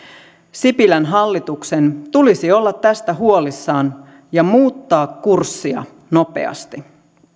sipilän hallituksen tulisi olla tästä huolissaan ja muuttaa kurssia nopeasti